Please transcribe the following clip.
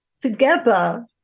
together